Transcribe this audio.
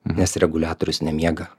nes reguliatorius nemiega